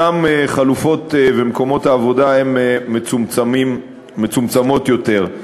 שם חלופות ומקומות העבודה הם מצומצמים יותר.